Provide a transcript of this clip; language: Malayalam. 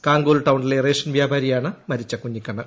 കാങ്കൂൽ ടൌണിലെ റേഷൻ വ്യാപാരിയാണ് മരിച്ച കുഞ്ഞിക്കണ്ണൻ